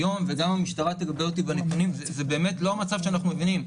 היום וגם המשטרה תגבה אותי בנתונים זה באמת לא המצב שאנחנו רואים.